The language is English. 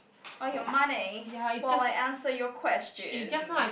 all your money while I answer your questions